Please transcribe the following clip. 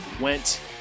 went